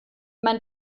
mein